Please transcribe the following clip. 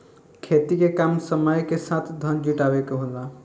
खेती के काम समय के साथ धन जुटावे के होला